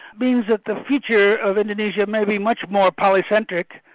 means that the future of indonesia may be much more polycentric,